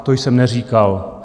To jsem neříkal.